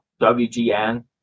WGN